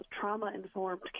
trauma-informed